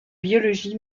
biologie